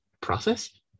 process